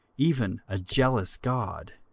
even a jealous god.